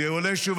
זה עולה שוב,